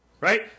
Right